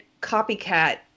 copycat